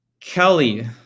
Kelly